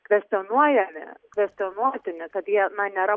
kvestionuojami kvestionuotini kad jie na nėra